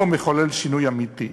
לא מחולל שינוי אמיתי.